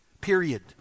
period